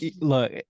Look